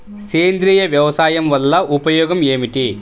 సేంద్రీయ వ్యవసాయం వల్ల ఉపయోగం ఏమిటి?